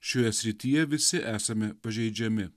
šioje srityje visi esame pažeidžiami